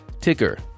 Ticker